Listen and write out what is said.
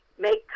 make